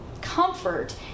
comfort